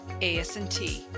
ASNT